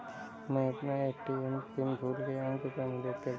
मैं अपना ATM PIN भूल गया हूँ, कृपया मदद करें